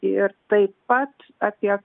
ir taip pat apie